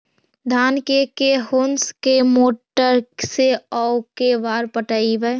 धान के के होंस के मोटर से औ के बार पटइबै?